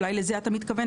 אולי לזה אתה מתכוון?